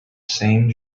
same